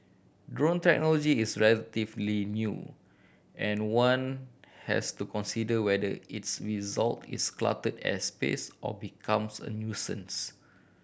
drone technology is relatively new and one has to consider whether it's result it's cluttered airspace or becomes a nuisance